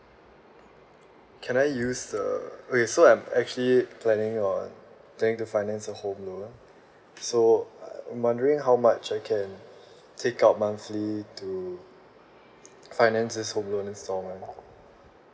can I use the okay so I'm actually planning on planning to finance a home loan so I'm wondering how much I can take out monthly to finances home loan installment